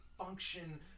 function